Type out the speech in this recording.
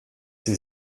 sie